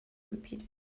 repeated